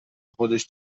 خودش